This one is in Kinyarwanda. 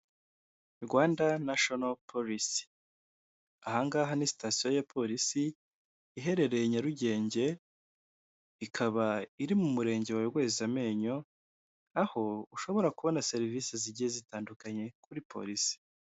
Rwanda nashono polisi aha ngaha ni sitasiyo ya polisi iherereye Nyarugenge ikaba iri mu murenge wa Rwezamenyo, aho ushobora kubona serivisi zigiye zitandukanye kuri polisi.